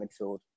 midfield